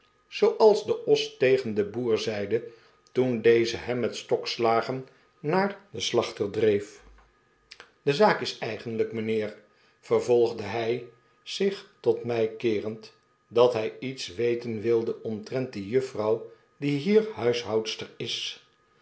zooals de os tegen den boer zeide toen deze hem met stokslagen naar den slachter dreef de zaak is eigenljjk mgnheer vervolgde hg zich totmijkeerende dat hjj iets weten wildeomtrent die juffrouw die hier huishoudster is